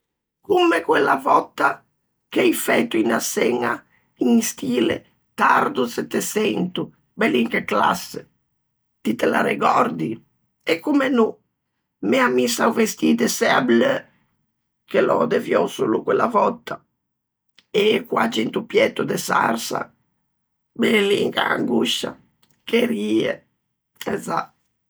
"Comme quella vòtta che ei fæto unna çeña in stile 'tardo Setteçento', bellin che classe". "Ti te l'arregòrdi?". "E comme no! M'ea missa o vestî de sæa bleu, che l'ò deuviou solo quella vòtta". "E e quagge into piato sensa sarsa!". "Bellin che angoscia!". "Che rie!". "E za".